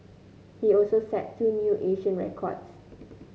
he also set two new Asian records